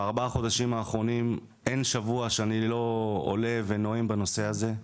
בארבעה החודשים האחרונים אין שבוע שאני לא עולה ונואם בנושא הזה,